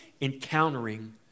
encountering